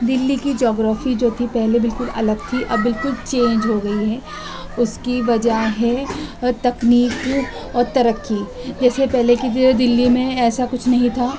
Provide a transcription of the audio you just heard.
دہلی کی جغرافی جوکہ پہلے بالکل الگ تھی اب بالکل چینج ہو گئی ہے اس کی وجہ ہے تکنیک اور ترقی جیسے پہلے کی دہلی میں ایسا کچھ نہیں تھا